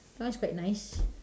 the one's quite nice